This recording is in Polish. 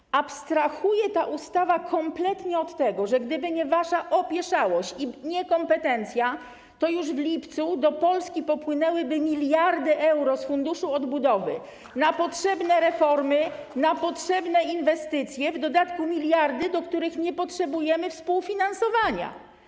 Ta ustawa abstrahuje kompletnie od tego, że gdyby nie wasza opieszałość i niekompetencja, to już w lipcu do Polski popłynęłyby miliardy euro z Funduszu Odbudowy na potrzebne reformy, na potrzebne inwestycje, w dodatku miliardy, w przypadku których nie potrzebujemy współfinansowania.